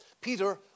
Peter